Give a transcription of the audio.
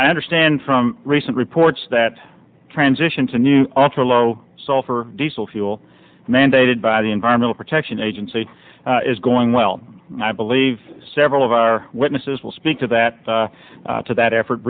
i understand from recent reports that transition to a new ultra low sulfur diesel fuel mandated by the environmental protection agency is going well i believe several of our witnesses will speak that to that effort